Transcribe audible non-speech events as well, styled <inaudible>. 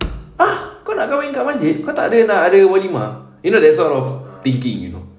<noise> ah kau nak kahwin dekat masjid kau tak ada nak ada walimah you know that sort of thinking you know